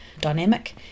dynamic